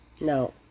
No